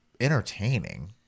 entertaining